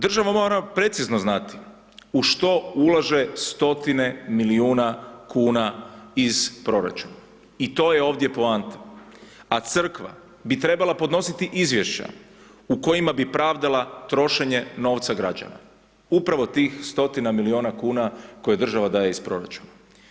Država mora precizno znati u što ulaže stotine milijuna kuna iz proračuna i to je ovdje poanta, a crkva bi trebala podnositi izvješće u kojima bi pravdala trošenje novca građana, upravo tih stotina milijuna kuna koje država daje iz proračuna.